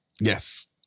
Yes